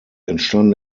entstanden